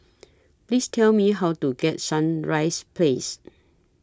Please Tell Me How to get Sunrise Place